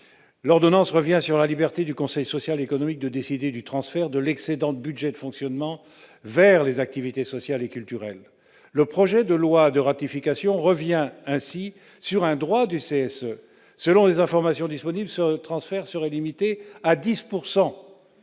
qui concerne la liberté du conseil social et économique de décider du transfert de l'excédent du budget de fonctionnement vers les activités sociales et culturelles, le projet de loi de ratification revient sur un droit du CSE : selon les informations disponibles, ce transfert serait limité à 10 %.